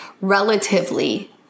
relatively